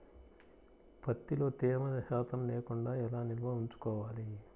ప్రత్తిలో తేమ శాతం లేకుండా ఎలా నిల్వ ఉంచుకోవాలి?